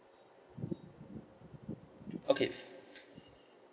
okay